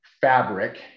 fabric